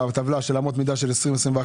בטבלה של אמות המידה של 2021,